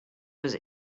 was